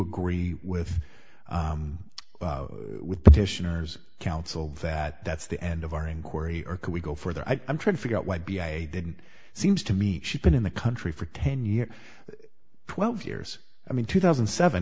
agree with petitioners counsel that that's the end of our inquiry or can we go further i am trying to figure out why b i didn't seems to me she's been in the country for ten years twelve years i mean two thousand and seven